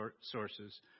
sources